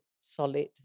solid